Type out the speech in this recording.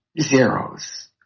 zeros